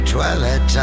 Twilight